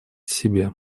себе